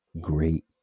great